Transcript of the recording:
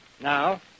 Now